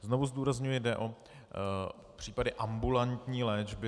Znovu zdůrazňuji jde o případy ambulantní léčby.